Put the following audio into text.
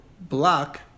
block